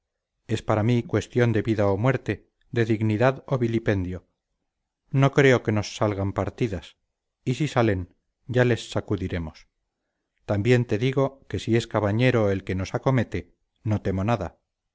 es para mí cuestión de vida o muerte de dignidad o vilipendio no creo que nos salgan partidas y si salen ya les sacudiremos también te digo que si es cabañero el que nos acomete no temo nada